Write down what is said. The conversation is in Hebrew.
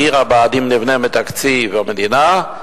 את עיר הבה"דים נבנה מתקציב המדינה,